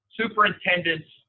superintendents